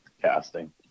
casting